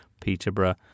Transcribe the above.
Peterborough